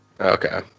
Okay